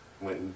went